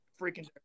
Freaking